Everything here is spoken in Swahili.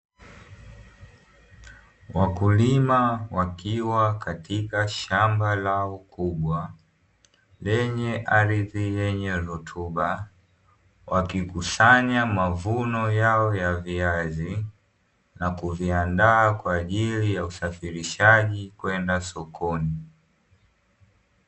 Wakulima wakiwa katika shamba lao kubwa lenye ardhi yenye rutuba wakikusanya mavuno yao ya viazi, na kuviandaa kwa ajili ya usafirishaji kwenda sokoni.